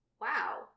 Wow